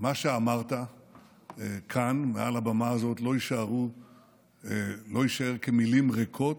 שמה שאמרת כאן מעל הבמה הזאת לא יישאר כמילים ריקות,